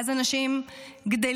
ואז אנשים גדלים,